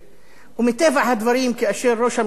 כאשר ראש הממשלה מרגיש שהוא כול-יכול,